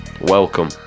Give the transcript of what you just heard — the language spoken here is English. welcome